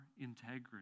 integrity